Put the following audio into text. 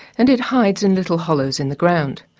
and it hides in little hollows in the ground.